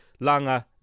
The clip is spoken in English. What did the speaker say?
Langa